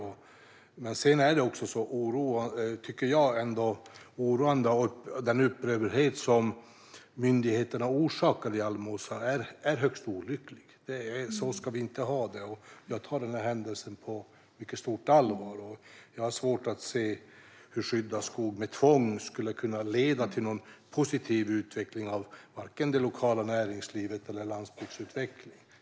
Det är oroande och högst olyckligt, tycker jag, med den upprördhet som myndigheterna orsakade i Almåsa. Så ska vi inte ha det. Jag tar den här händelsen på mycket stort allvar och har svårt att se hur skydd av skog med tvång skulle kunna leda till vare sig positiv utveckling av det lokala näringslivet eller landsbygdsutveckling.